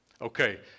Okay